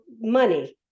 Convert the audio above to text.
money